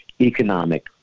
economic